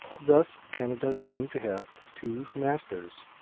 thus canada seemed to have two masters.